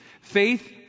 Faith